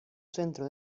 centro